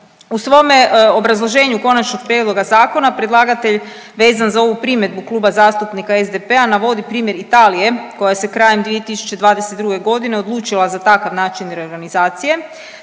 U svome obrazloženju konačnog prijedloga zakona predlagatelj vezan za ovu primjedbu Kluba zastupnika SDP-a navodi primjer Italije koja se krajem 2022.g. odlučila za takav način reorganizacije